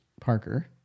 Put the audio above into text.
Parker